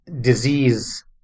disease